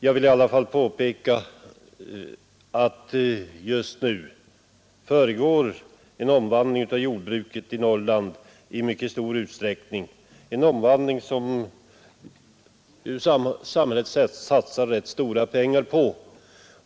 Jag vill i alla fall påpeka att just nu försiggår en omvandling i mycket stor utsträckning av jordbruket i Norrland, en omvandling som samhället satsar rätt stora pengar på.